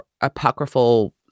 apocryphal